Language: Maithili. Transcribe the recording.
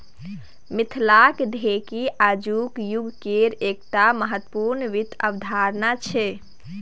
मिथिलाक ढेकी आजुक युगकेर एकटा महत्वपूर्ण वित्त अवधारणा छै